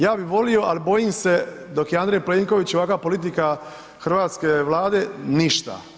Ja bih volio ali bojim se dok je Andrej Plenković i ovakva politika hrvatske Vlade, ništa.